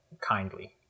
kindly